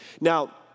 Now